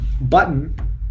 button